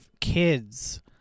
kids